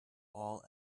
all